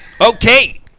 Okay